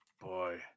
Boy